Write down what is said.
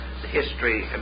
history